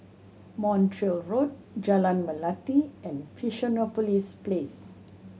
Montreal Road Jalan Melati and Fusionopolis Place